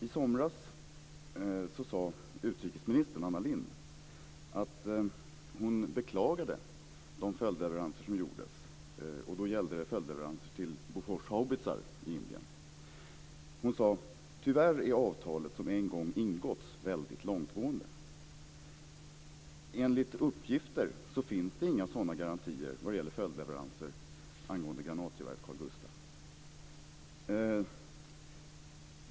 I somras sade utrikesminister Anna Lindh att hon beklagade de följdleveranser som gjordes, och då gällde det följdleveranser till Boforshaubitsar i Indien. Hon sade: Tyvärr är avtalet som en gång inletts väldigt långtgående. Enligt uppgifter finns det inga sådana garantier för följdleveranser när det gäller granatgeväret Carl Gustaf.